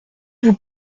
vous